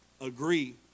agree